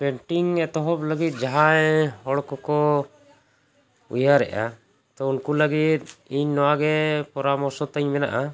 painting ᱮᱛᱚᱦᱚᱵ ᱞᱟᱹᱜᱤᱫ ᱡᱟᱦᱟᱸᱭ ᱦᱚᱲ ᱠᱚ ᱠᱚ ᱩᱭᱦᱟᱹᱨᱮᱜᱼᱟ ᱛᱚ ᱩᱱᱠᱩ ᱞᱟᱹᱜᱤᱫ ᱤᱧ ᱱᱚᱣᱟ ᱜᱮ ᱯᱚᱨᱟᱢᱚᱨᱥᱚ ᱛᱤᱧ ᱢᱮᱱᱟᱜᱼᱟ